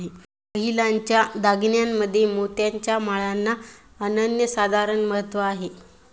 महिलांच्या दागिन्यांमध्ये मोत्याच्या माळांना अनन्यसाधारण महत्त्व आहे